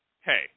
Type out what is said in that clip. hey